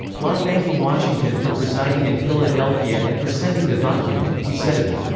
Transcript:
while thanking washington for presiding in philadelphia and for sending the document, he said of it,